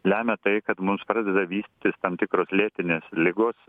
lemia tai kad mums pradeda vystytis tam tikros lėtinės ligos